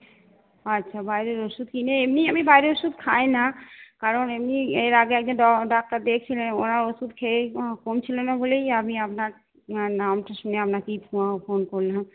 আচ্ছা বাইরের ওষুধ কিনে এমনি আমি বাইরের ওষুধ খাই না কারণ এমনি এর আগে একজন ডাক্তার দেখছিলেন ওনার ওষুধ খেয়েই কমছিলো না বলেই আমি আপনার নামটা শুনে আপনাকেই ফোন করলাম